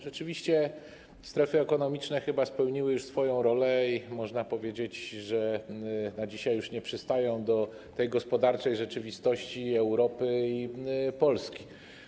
Rzeczywiście strefy ekonomiczne chyba spełniły już swoją rolę i można powiedzieć, że dzisiaj już nie przystają do gospodarczej rzeczywistości Europy i Polski.